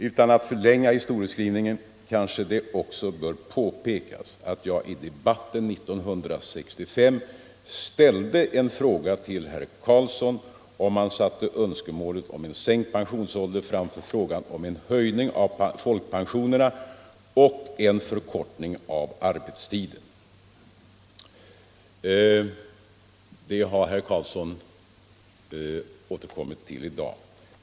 Utan att förlänga historieskrivningen kanske jag också bör påpeka att jag i debatten 1965 ställde en fråga till herr Carlsson om han satte önskemålet om en sänkt pensionsålder framför frågan om en höjning av folkpensionerna och en förkortning av arbetstiden. Herr Carlsson har återkommit i dag till den frågan.